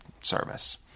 service